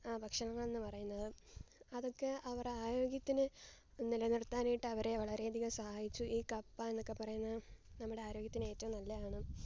ഭക്ഷണങ്ങളെന്ന് പറയുന്നത് അതൊക്കെ അവര ആരോഗ്യത്തിന് നിലനിർത്താനായിട്ടവരെ വളരെയധികം സഹായിച്ചു ഈ കപ്പാന്നൊക്കെ പറയുന്നത് നമ്മുടെ ആരോഗ്യത്തിന് ഏറ്റോം നല്ലതാണ്